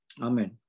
Amen